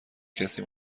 کسی